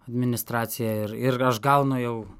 administracija ir ir aš gaunu jau